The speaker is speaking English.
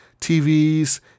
TVs